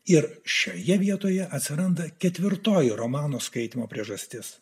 ir šioje vietoje atsiranda ketvirtoji romano skaitymo priežastis